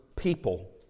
people